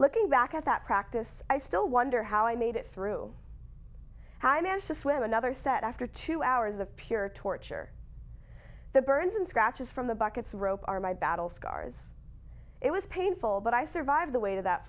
looking back at that practice i still wonder how i made it through how i managed to swim another set after two hours of pure torture the burns and scratches from the buckets ropes are my battle scars it was painful but i survived the weight of that